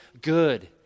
good